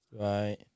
right